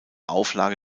auflage